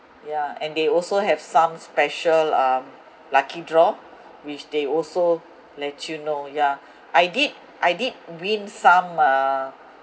yeah and they also have some special um lucky draw which they also let you know yeah I did I did win some uh